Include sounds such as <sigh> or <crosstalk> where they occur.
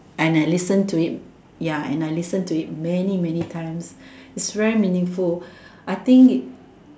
and I listen to it yeah and I listen to it many many times <breath> it's very meaningful <breath> I think it